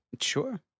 Sure